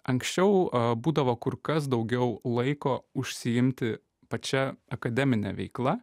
anksčiau būdavo kur kas daugiau laiko užsiimti pačia akademine veikla